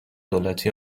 دولتی